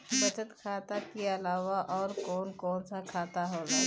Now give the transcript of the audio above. बचत खाता कि अलावा और कौन कौन सा खाता होला?